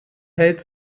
hält